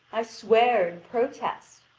i swear and protest.